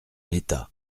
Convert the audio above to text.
l’état